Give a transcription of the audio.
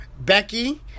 Becky